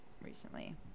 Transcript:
recently